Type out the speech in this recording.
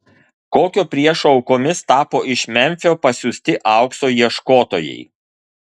kokio priešo aukomis tapo iš memfio pasiųsti aukso ieškotojai